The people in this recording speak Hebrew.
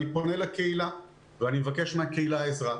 אני פונה לקהילה ואני מבקש מהקהילה עזרה.